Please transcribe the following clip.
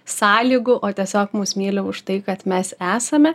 sąlygų o tiesiog mus myli už tai kad mes esame